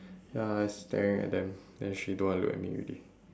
ya I staring at them then she don't want look at me already